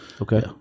okay